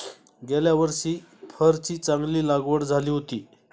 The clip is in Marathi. गेल्या वर्षी फरची चांगली लागवड झाली होती